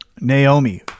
Naomi